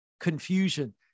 confusion